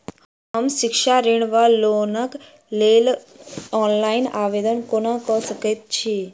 हम शिक्षा ऋण वा लोनक लेल ऑनलाइन आवेदन कोना कऽ सकैत छी?